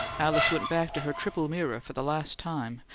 alice went back to her triple mirror for the last time,